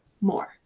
more